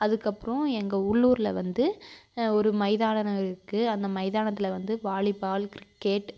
அதுக்கப்புறம் எங்கள் உள்ளூரில் வந்து ஒரு மைதான நகர் இருக்குது அந்த மைதானத்தில் வந்து வாலிபால் கிரிக்கெட்